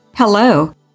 Hello